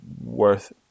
worth